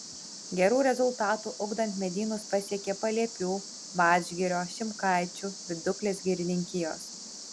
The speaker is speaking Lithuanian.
gerų rezultatų ugdant medynus pasiekė paliepių vadžgirio šimkaičių viduklės girininkijos